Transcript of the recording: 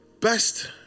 best